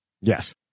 Yes